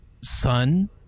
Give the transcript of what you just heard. son